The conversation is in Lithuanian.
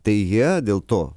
tai jie dėl to